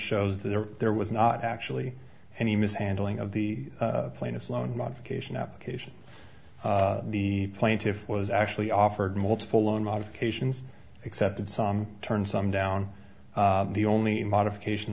shows that there was not actually any mishandling of the plaintiff's loan modification application the plaintiffs was actually offered multiple loan modifications accepted song turn some down the only modification